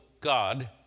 God